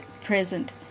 present